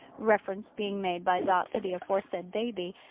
reference being made by dot to the aforesaid baby,